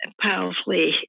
powerfully